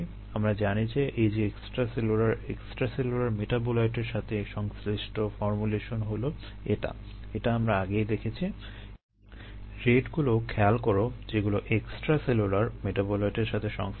আমরা জানি যে এই যে এক্সট্রাসেলুলার এক্সট্রাসেলুলার মেটাবোলাইটের সাথে সংশ্লিষ্ট ফর্মুলেশন হলো এটা এটা আমরা আগেই দেখেছি রেটগুলো খেয়াল করো যেগুলো এক্সট্রাসেলুলার মেটাবোলাইটের সাথে সংশ্লিষ্ট